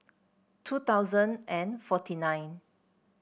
two thousand and forty nine